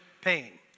pain